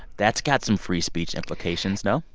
that's got some free speech implications, no?